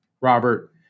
Robert